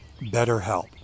BetterHelp